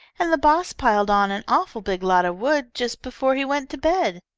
and the boss piled on an awful big lot of wood just before he went to bed.